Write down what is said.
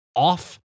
off